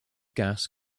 gas